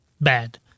bad